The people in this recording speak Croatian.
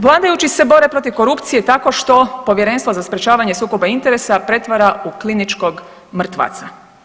Vladajući se bore protiv korupcije tako što povjerenstvo za sprječavanje sukoba interesa pretvara u kliničkog mrtvaca.